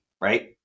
right